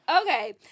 Okay